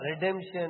redemption